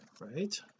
right